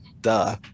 duh